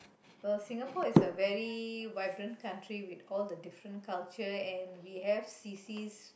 well Singapore is a very vibrant country with all the different culture and we have C_Cs